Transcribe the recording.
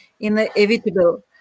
inevitable